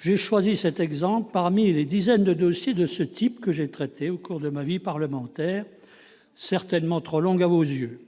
J'ai choisi cet exemple parmi les dizaines de dossiers de ce type que j'ai traités au cours d'une vie parlementaire certainement trop longue à vos yeux.